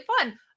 fun